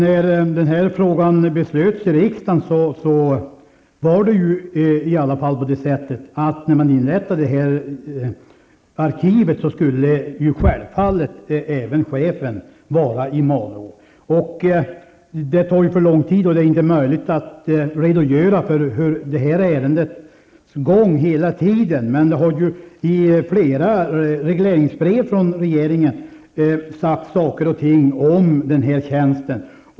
Fru talman! När det fattades beslut om den här frågan i riksdagen avsåg man att när arkivet inrättades skulle självfallet även chefen finnas i Malå. Det tar för lång tid och är inte möjligt att redogöra för ärendets gång. I flera regleringsbrev från regeringen har det emellertid sagts saker om den här tjänsten.